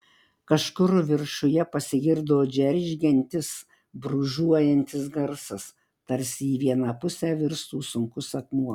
kažkur viršuje pasigirdo džeržgiantis brūžuojantis garsas tarsi į vieną pusę virstų sunkus akmuo